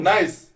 Nice